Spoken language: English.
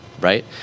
right